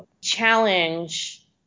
challenge